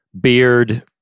beard